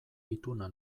ituna